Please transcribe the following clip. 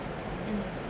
mm